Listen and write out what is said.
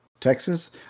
texas